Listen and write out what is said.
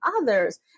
others